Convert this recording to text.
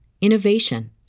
innovation